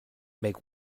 make